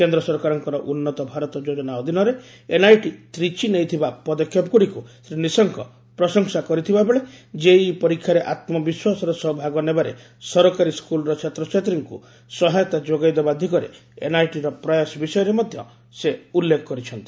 କେନ୍ଦ୍ର ସରକାରଙ୍କ ଉନ୍ନତ ଭାରତ ଯୋଜନା ଅଧିନରେ ଏନଆଇଟି ତ୍ରିଚି ନେଇଥିବା ପଦକ୍ଷେପଗୁଡିକୁ ଶ୍ରୀ ନିଶଙ୍କ ପ୍ରଶଂସା କରିଥିବାବେଳେ କେଇଇ ପରୀକ୍ଷାରେ ଆତ୍ମବିଶ୍ୱାସର ସହ ଭାଗନେବାରେ ସରକାରୀ ସ୍କୁଲର ଛାତ୍ରଛାତ୍ରୀଙ୍କୁ ସହାୟତା ଯୋଗାଇଦେବା ଦିଗରେ ଏନଆଇଟିର ପ୍ରୟାସ ବିଷୟରେ ମଧ୍ୟ ସେ ଉଲ୍ଲେଖ କରିଛନ୍ତି